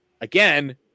again